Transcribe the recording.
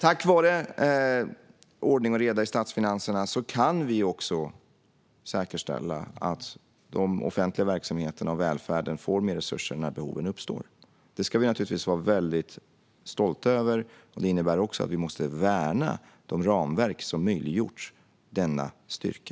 Tack vare ordning och reda i statsfinanserna kan vi också säkerställa att de offentliga verksamheterna och välfärden får mer resurser när behoven uppstår. Det ska vi naturligtvis vara stolta över. Men det innebär också att vi måste värna de ramverk som möjliggjort denna styrka.